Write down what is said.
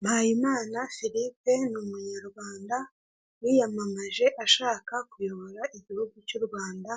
Mpayimana firipe ni umunyarwanda wiyamamaje ashaka kuyobora igihugu cy'u Rwanda,